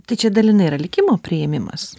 tai čia dalinai yra likimo priėmimas